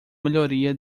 melhoria